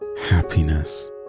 happiness